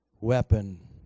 weapon